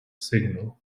signal